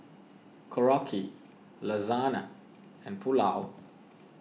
Korokke Lasagne and Pulao